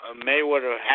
Mayweather